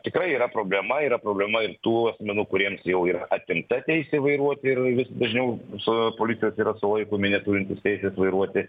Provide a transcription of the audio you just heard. tikrai yra problema yra problema ir tų asmenų kuriems jau yra atimta teisė vairuoti ir vis dažniau su policijos yra sulaikomi neturintys teisės vairuoti